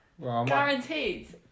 guaranteed